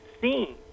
seen